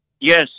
yes